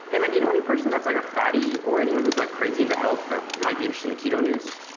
hey man, do you know any person that's like a fattie or anyone who's like crazy into health that might be interested in keto news?